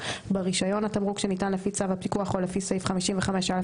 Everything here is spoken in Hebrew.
ברישיון התמרוק שניתן לפי צו הפיקוח או לפי סעיף 55א11(ב)